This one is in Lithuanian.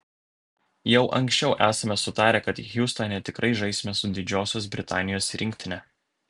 jau anksčiau esame sutarę kad hjustone tikrai žaisime su didžiosios britanijos rinktine